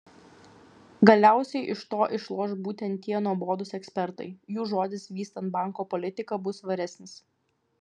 galiausiai iš to išloš būtent tie nuobodūs ekspertai jų žodis vystant banko politiką bus svaresnis